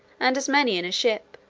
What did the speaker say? and as many in a ship,